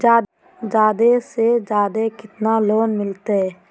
जादे से जादे कितना लोन मिलते?